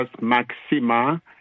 Maxima